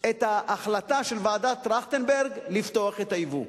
את ההחלטה של ועדת-טרכטנברג לפתוח את היבוא.